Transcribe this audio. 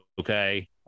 okay